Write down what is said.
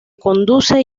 conduce